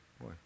boy